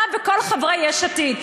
אתה וכל חברי יש עתיד.